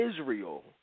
Israel